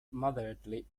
moderately